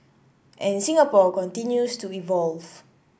and Singapore continues to evolve